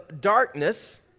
darkness